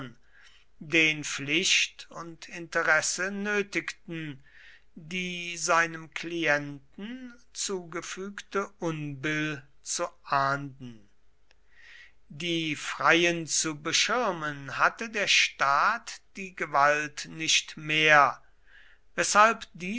den pflicht und interesse nötigten die seinem klienten zugefügte unbill zu ahnden die freien zu beschirmen hatte der staat die gewalt nicht mehr weshalb